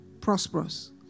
prosperous